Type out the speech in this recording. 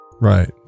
right